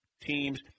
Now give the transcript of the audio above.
teams